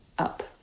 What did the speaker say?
Up